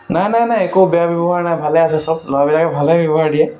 নাই নাই নাই একো বেয়া ব্যৱহাৰ নাই ভালে আছে চব ল'ৰাবিলাকে ভালেই ব্যৱহাৰ দিয়ে